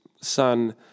son